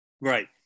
right